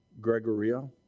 gregoria